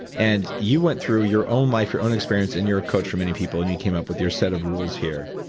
and you went through your own life, your own experience in your coach for many people, and you came up with your set of rules here,